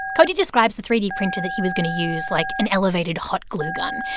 cody describes the three d printer that he was going to use like an elevated hot glue gun.